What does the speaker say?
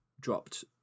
dropped